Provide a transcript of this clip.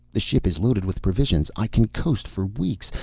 the ship is loaded with provisions. i can coast for weeks.